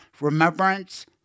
Remembrance